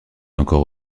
encore